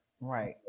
Right